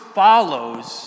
follows